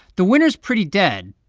the winter's pretty dead,